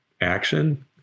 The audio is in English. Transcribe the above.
action